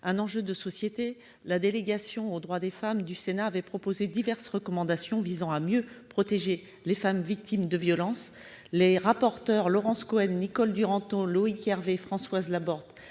son rapport intitulé, la délégation aux droits des femmes du Sénat avait proposé diverses recommandations visant à mieux protéger les femmes victimes de violences. Les rapporteurs Laurence Cohen, Nicole Duranton, Loïc Hervé, Françoise Laborde,